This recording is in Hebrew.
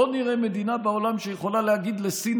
בואו נראה מדינה בעולם שיכולה להגיד לסין